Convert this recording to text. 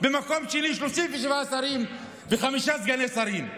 במקום שני 37 שרים וחמישה סגני שרים.